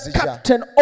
captain